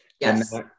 Yes